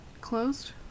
closed